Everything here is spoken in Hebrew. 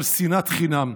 על שנאת חינם.